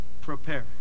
Prepare